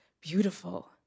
beautiful